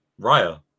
Raya